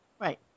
Right